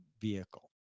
vehicle